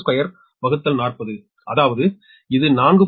2240அதாவது இது 4